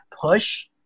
push